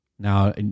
Now